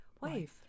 wife